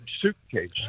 suitcase